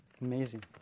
Amazing